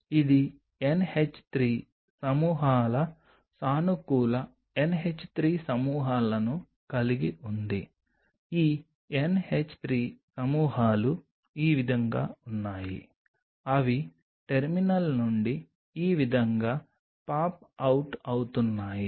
ఇది NH 3 సమూహాల సానుకూల NH 3 సమూహాలను కలిగి ఉంది ఈ NH 3 సమూహాలు ఈ విధంగా ఉన్నాయి అవి టెర్మినల్ నుండి ఈ విధంగా పాప్ అవుట్ అవుతున్నాయి